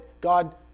God